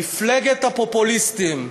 מפלגת הפופוליסטים.